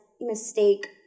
mistake